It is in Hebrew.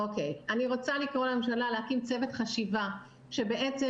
אני רוצה לקרוא לממשלה להקים צוות חשיבה מקצועי